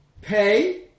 pay